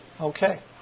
Okay